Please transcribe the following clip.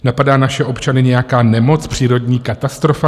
Napadá naše občany nějaká nemoc, přírodní katastrofa?